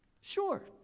Sure